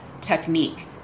technique